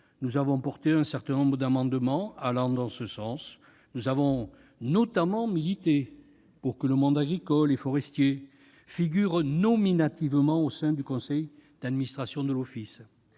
nous avons défendu un certain nombre d'amendements en ce sens. Nous avons notamment milité pour que le monde agricole et forestier figure expressément au sein du conseil d'administration de l'Office.